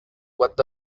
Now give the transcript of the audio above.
what